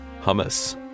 Hummus